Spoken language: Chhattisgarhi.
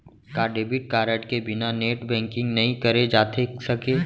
का डेबिट कारड के बिना नेट बैंकिंग नई करे जाथे सके?